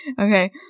Okay